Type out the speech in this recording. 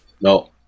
no